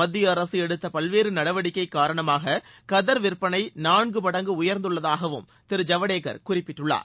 மத்திய அரசு எடுத்த பல்வேறு நடவடிக்கை காரணமாக கதர் விற்பனை நான்கு மடங்கு உயர்ந்துள்ளதாகவும் திரு ஜவடேகர் குறிப்பிட்டுள்ளார்